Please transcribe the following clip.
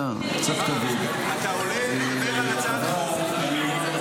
אני אומר,